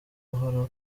buhoro